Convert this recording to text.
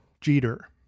Jeter